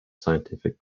scientific